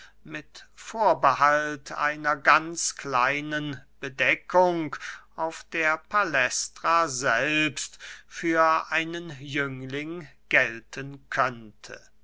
mit vorbehalt einer ganz kleinen bedeckung auf der palästra selbst für einen jüngling gelten könnte